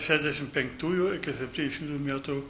šešiasdešimt penktųjų iki septyniasdešimtųjų metų